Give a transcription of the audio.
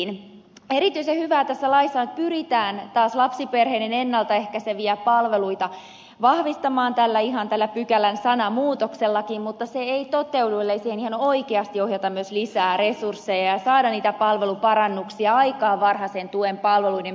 erityisen hyvää tässä laissa on että pyritään taas lapsiperheiden ennalta ehkäiseviä palveluita vahvistamaan ihan tällä pykälän sanamuutoksellakin mutta se ei toteudu ellei siihen oikeasti ohjata myös lisää resursseja ja saada niitä palveluparannuksia aikaan varhaisen tuen palveluiden piirissä